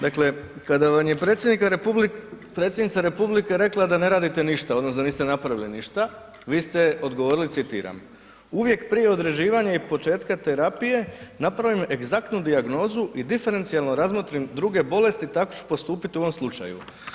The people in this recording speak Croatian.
Dakle, kada vam je predsjednica RH rekla da ne radite ništa odnosno da niste napravili ništa, vi ste odgovorili citiram, uvijek prije određivanja i početka terapije napravim egzaktnu dijagnozu i diferencijalno razmotrim druge bolesti i tako ću postupiti u ovom slučaju.